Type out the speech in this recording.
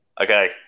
Okay